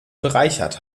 bereichert